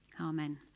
Amen